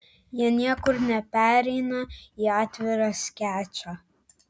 jie niekur nepereina į atvirą skečą